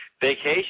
Vacation